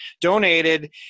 donated